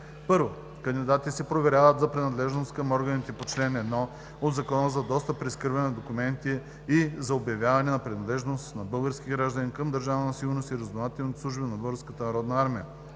1. Кандидатите се проверяват за принадлежност към органите по чл. 1 от Закона за достъп и разкриване на документите и за обявяване на принадлежност на български граждани към Държавна сигурност и разузнавателните служби на Българската народна армия.